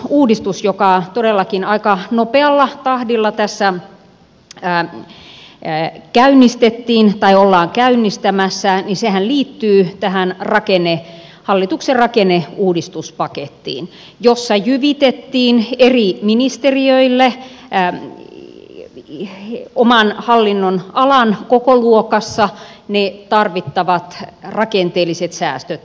tämä pelastuslaitosuudistus joka todellakin aika nopealla tahdilla ollaan käynnistämässä liittyy hallituksen rakenneuudistuspakettiin jossa jyvitettiin eri ministeriöille oman hallinnonalan kokoluokassa ne tarvittavat rakenteelliset säästöt